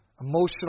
emotional